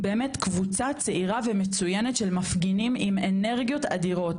באמת קבוצה צעירה ומצוינת של מפגינים עם אנרגיות אדירות,